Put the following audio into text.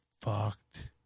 fucked